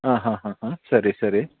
ಹಾಂ ಹಾಂ ಹಾಂ ಹಾಂ ಸರಿ ಸರಿ